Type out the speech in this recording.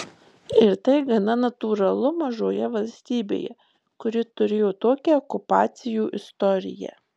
ir tai gana natūralu mažoje valstybėje kuri turėjo tokią okupacijų istoriją